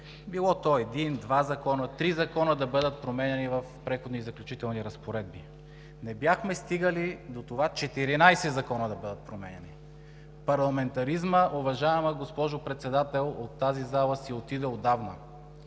било то един, два, три закона, да бъдат променяни в преходни и заключителни разпоредби, но не бяхме стигали до това 14 закона да бъдат променени. Парламентаризмът, уважаема госпожо Председател, си отиде отдавна